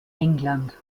england